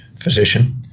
physician